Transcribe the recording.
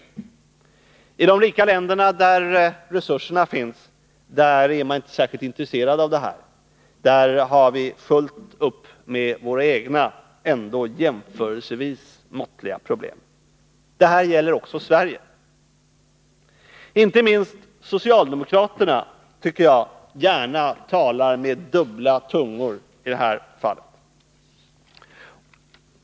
I de rika länderna, där resurserna finns, är man inte särskilt intresserad av detta. Där har vi fullt upp med våra egna, ändå jämförelsevis måttliga problem. Det gäller också Sverige. Inte minst socialdemokraterna talar gärna med dubbla tungor i det här fallet.